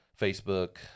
Facebook